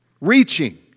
Reaching